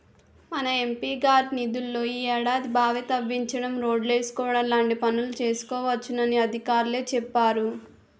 మన ఎం.పి గారి నిధుల్లో ఈ ఏడాది బావి తవ్వించడం, రోడ్లేసుకోవడం లాంటి పనులు చేసుకోవచ్చునని అధికారులే చెప్పేరు